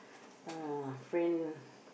uh friend